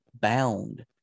bound